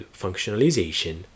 functionalization